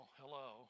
hello